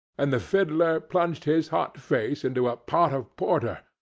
and the fiddler plunged his hot face into a pot of porter,